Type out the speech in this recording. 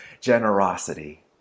generosity